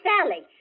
Sally